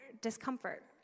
Discomfort